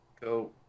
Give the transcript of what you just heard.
go